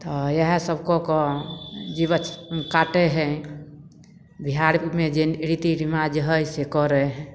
तऽ इएह सभ कऽ कऽ जीवन काटय हइ बिहारमे जे रीति रिवाज है से करय हइ